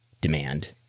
demand